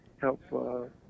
help